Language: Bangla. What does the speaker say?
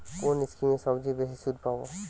কোন স্কিমে সবচেয়ে বেশি সুদ পাব?